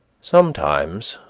sometimes,